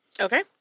Okay